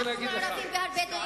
אנחנו מעורבים בהרבה דיונים.